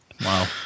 Wow